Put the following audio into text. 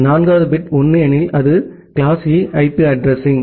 நான்காவது பிட் 1 எனில் அது கிளாஸ் E ஐபி அட்ரஸிங்